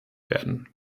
werden